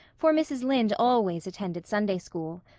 for mrs. lynde always attended sunday school.